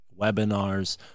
webinars